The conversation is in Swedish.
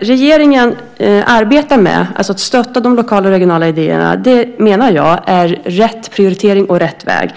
Regeringen arbetar med att stötta de lokala och regionala idéerna. Jag menar att det är rätt prioritering och rätt väg.